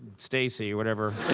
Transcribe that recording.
stacey, whatever